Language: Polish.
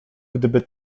gdybyś